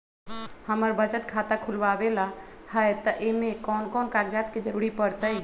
हमरा बचत खाता खुलावेला है त ए में कौन कौन कागजात के जरूरी परतई?